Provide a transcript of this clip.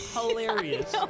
Hilarious